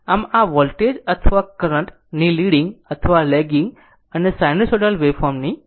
આમ આ વોલ્ટેજ અથવા કરંટ ની લીડીંગ અથવા લેગીગ અને સાઈનુસાઇડલ વેવફોર્મની કલ્પના છે